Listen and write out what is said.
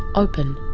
open.